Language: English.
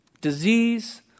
disease